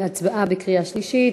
להצבעה בקריאה שלישית.